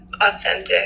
Authentic